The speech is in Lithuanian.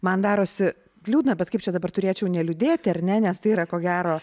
man darosi liūdna bet kaip čia dabar turėčiau neliūdėti ar ne nes tai yra ko gero